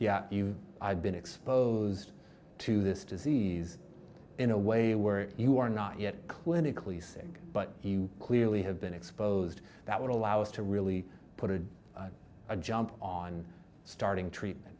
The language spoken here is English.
you i've been exposed to this disease in a way where you are not yet clinically sick but you clearly have been exposed that would allow us to really put a jump on starting treatment